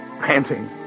panting